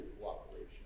cooperation